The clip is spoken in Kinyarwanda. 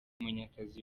munyakazi